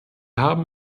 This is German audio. haben